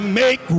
make